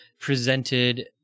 presented